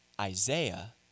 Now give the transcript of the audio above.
Isaiah